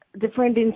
different